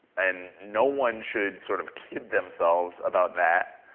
and no one should sort of kid themselves about that.